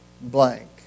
blank